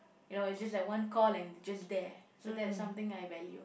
you know it's just like one call and just there so that's something I value